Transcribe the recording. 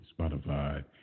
Spotify